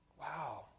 Wow